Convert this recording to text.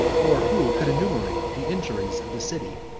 or who can enumerate, the injuries of the city,